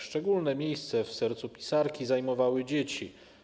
Szczególne miejsce w sercu pisarki zajmowały dzieci.